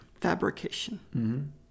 Fabrication